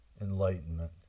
enlightenment